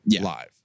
live